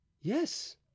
Yes